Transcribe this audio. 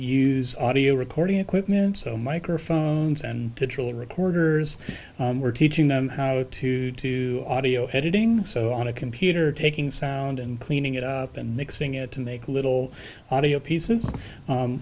use audio recording equipment so microphones and patrol recorders we're teaching them how to audio editing so on a computer taking sound and cleaning it up and mixing it to make little audio pieces